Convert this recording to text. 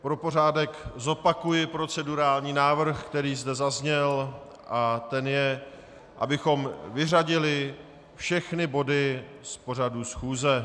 Pro pořádek zopakuji procedurální návrh, který zde zazněl, a ten je, abychom vyřadili všechny body z pořadu schůze.